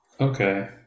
Okay